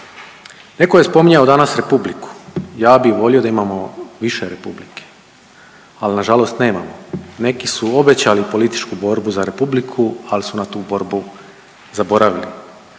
Netko je spominjao danas republiku, ja bi volio da imamo više republike, ali nažalost nemamo. Neki su obećali politiku borbu za republiku, ali su na tu borbu zaboravili.